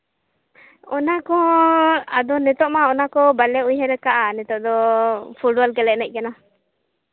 ᱚᱱᱟ ᱠᱚ ᱟᱫᱚ ᱱᱤᱛᱚᱜ ᱢᱟ ᱚᱱᱟᱠᱚ ᱵᱟᱞᱮ ᱩᱭᱦᱟᱹᱨ ᱠᱟᱜᱼᱟ ᱱᱤᱛᱚᱜ ᱫᱚ ᱯᱷᱩᱴᱵᱚᱞ ᱜᱮᱞᱮ ᱮᱱᱮᱡ ᱠᱟᱱᱟ